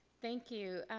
thank you.